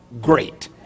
great